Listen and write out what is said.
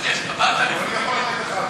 חבר הכנסת נחמן שי, כולנו ממתינים לך.